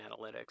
analytics